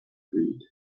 read